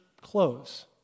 clothes